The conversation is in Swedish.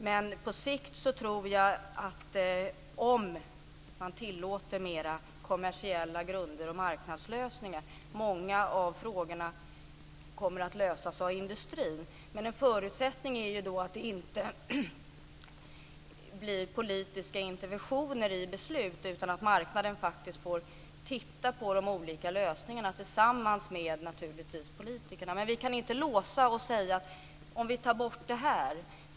Men på sikt tror jag att om man tillåter mer kommersiella grunder och marknadslösningar kommer många av frågorna att lösas av industrin. En förutsättning är då att det inte blir politiska interventioner i beslut utan att marknaden faktiskt får titta på de olika lösningarna tillsammans, naturligtvis, med politikerna. Men vi kan inte låsa oss och säga: Vi tar bort det här.